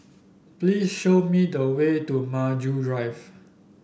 please show me the way to Maju Drive